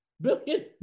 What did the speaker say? billion